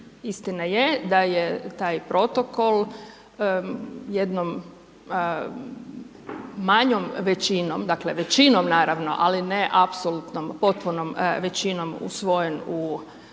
Istina je da je taj protokol jednom manjom većinom, dakle većinom naravno, ali ne apsolutnom, potpunom većinom usvojen u grčkom